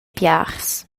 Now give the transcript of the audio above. piars